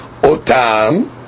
otam